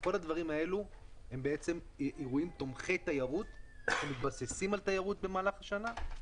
כל הדברים האלה הם אירועים תומכי תיירות שמתבססים על תיירות במהלך השנה.